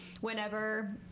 whenever